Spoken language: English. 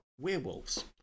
werewolves